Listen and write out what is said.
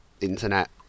internet